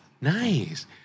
Nice